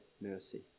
mercy